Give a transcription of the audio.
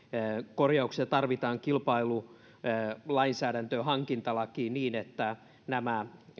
korjauksia tarvitaan kilpailulainsäädäntöön hankintalakiin niin että nämä